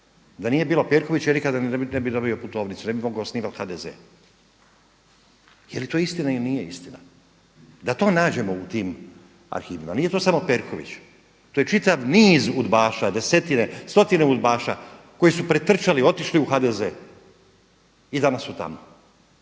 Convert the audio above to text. Da nije bilo Perkovića ja nikad ne bih dobio putovnicu, ne bih mogao osnivat HDZ. Je li to istina ili nije istina? Da to nađemo u tim arhivima nije to samo Perković. To je čitav niz udbaša, desetine, stotine udbaša koji su pretrčali, otišli u HDZ-e i danas su tamo.